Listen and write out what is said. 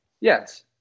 yes